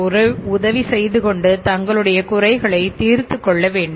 இப்படி ஒருவருக்கொருவர் உதவி செய்து கொண்டு தங்களுடைய குறைகளை தீர்த்துக் கொள்ள வேண்டும்